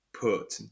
put